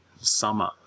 summer